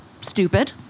stupid